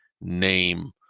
name